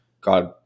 God